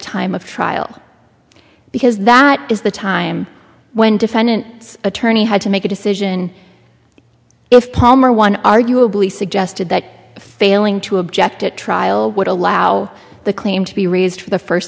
time of trial because that is the time when defendant attorney had to make a decision if palmer one arguably suggested that failing to object at trial would allow the claim to be raised for the first